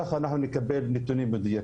וככה נקבל נתונים מדויקים.